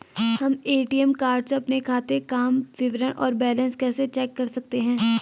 हम ATM card से अपने खाते काम विवरण और बैलेंस कैसे चेक कर सकते हैं?